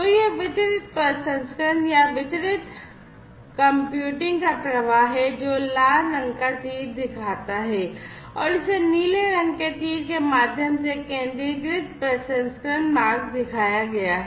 तो यह वितरित प्रसंस्करण या वितरित कंप्यूटिंग का प्रवाह है जो लाल रंग का तीर दिखाता है और इसे नीले रंग के तीर के माध्यम से केंद्रीकृत प्रसंस्करण मार्ग दिखाया गया है